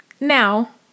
Now